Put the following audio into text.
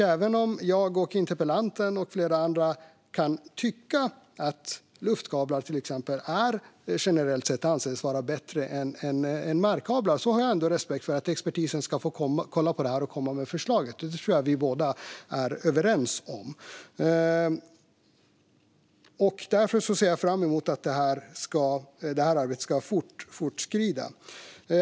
Även om jag, interpellanten och flera andra kan tycka att till exempel luftkablar generellt sett anses vara bättre än markkablar har jag respekt för att expertisen ska få kolla på det och komma med förslag. Det tror jag att vi är överens om. Därför ser jag fram emot att det arbetet ska få fortskrida.